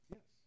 Yes